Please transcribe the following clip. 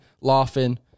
laughing